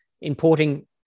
importing